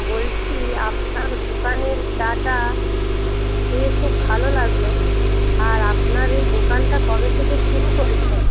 বলছি আপনার দোকানের চাটা খেয়ে খুব ভালো লাগল আর আপনার এই দোকানটা কবে থেকে শুরু করেছেন